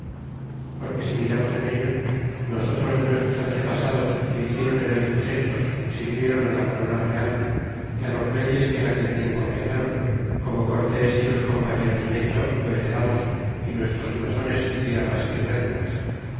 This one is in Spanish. porque si miramos en ello nosotros de nuestros antepasados que hicieron heróycos hechos y sirvieron la corona real y á los reyes que en aquel tiempo reynron como cortes y sus compañeros han hecho lo heredamos y nuestros blasones y tierras é rentas